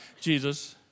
Jesus